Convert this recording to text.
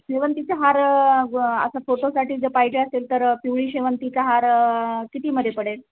शेवंतीचा हार असं फोटोसाठी जर पाहिजे असेल तर पिवळी शेवंतीचा हार कितीमध्ये पडेल